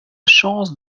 chance